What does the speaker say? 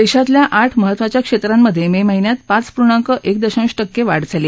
देशातल्या आठ महत्त्वांच्या क्षेत्रांमधे मे महिन्यात पाच पूर्णाक एक दशांश टक्के वाढ झाली